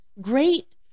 Great